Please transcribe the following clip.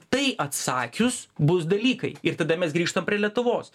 tai atsakius bus dalykai ir tada mes grįžtam prie lietuvos